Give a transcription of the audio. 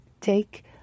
take